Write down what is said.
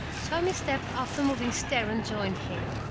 tommy stepped off a moving stair and joined him.